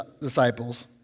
disciples